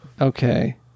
Okay